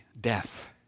death